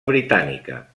britànica